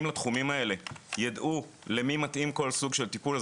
לתחומים האלה יידעו למי מתאים כל סוג של טיפול,